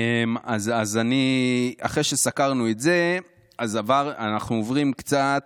אז אחרי שסקרנו את זה, אנחנו עוברים קצת